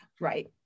Right